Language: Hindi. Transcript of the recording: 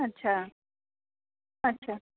अच्छा अच्छा